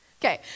Okay